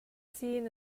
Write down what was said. seen